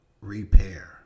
repair